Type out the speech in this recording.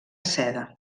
seda